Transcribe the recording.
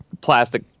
plastic